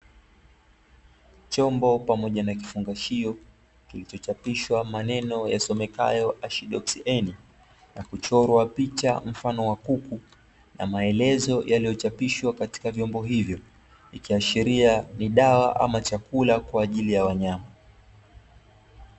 Chombo pamoja na kifungashio kilichochapishwa maneno yasomekayo ¨ASHDOX-N ¨ na kuchorwa picha mfano wa kuku na maelezo yaliyochapishwa katika vyombo hivyo. Ikiashiria ni dawa ama chakula kwa ajili ya wanyama.